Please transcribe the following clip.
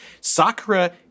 Sakura